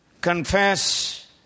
confess